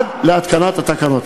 עד להתקנת התקנות.